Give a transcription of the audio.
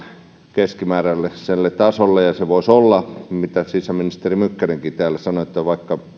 keskimääräiselle tasolle ja se voisi olla mitä sisäministeri mykkänenkin täällä sanoi vaikka